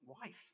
wife